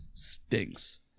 stinks